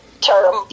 term